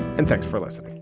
and thanks for listening